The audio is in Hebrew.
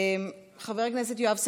חבר הכנסת יואב סגלוביץ',